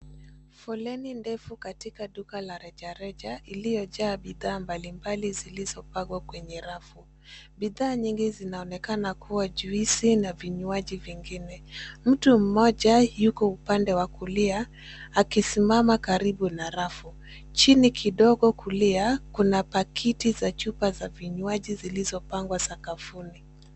Foleni ndefu katika duka la rejareja, iliyojaa bidhaa mbalimbali zilizopangwa kwenye rafu. Bidhaa nyingi zinaonekana kuwa juisi na vinywaji vingine. Mtu mmoja yuko upande wa kulia ,akisimama karibu na rafu. Chini kidogo kulia, kuna pakiti za chupa za vinywaji zilizopangwa sakafuni.